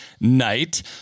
night